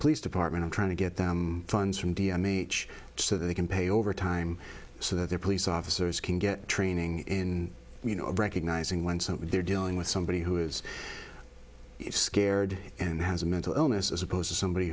police department trying to get them funds from d m me so they can pay over time so that their police officers can get training in you know recognizing when something they're dealing with somebody who is scared and has a mental illness as opposed to somebody